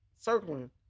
circling